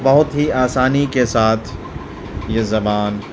بہت ہی آسانی کے ساتھ یہ زبان